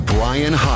Brian